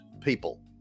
people